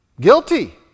guilty